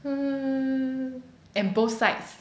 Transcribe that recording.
uh and both sides